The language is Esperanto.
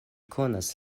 konas